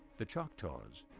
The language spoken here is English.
the choctaws,